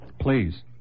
Please